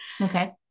Okay